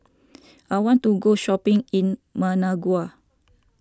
I want to go shopping in Managua